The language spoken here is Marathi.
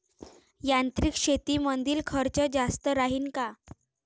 यांत्रिक शेतीमंदील खर्च जास्त राहीन का?